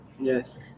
yes